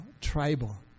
tribal